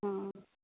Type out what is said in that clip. हँ